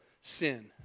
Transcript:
sin